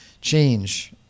change